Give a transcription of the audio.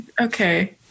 Okay